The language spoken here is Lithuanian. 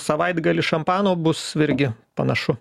savaitgalį šampano bus virgi panašu